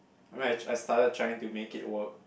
I mean I tru~ I started trying to make it work